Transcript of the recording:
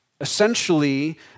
Essentially